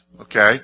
Okay